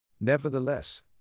Nevertheless